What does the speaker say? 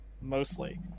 mostly